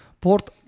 Port